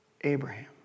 Abraham